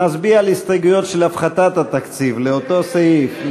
נצביע על ההסתייגויות של הפחתת התקציב לאותו סעיף.